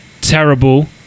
terrible